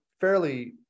fairly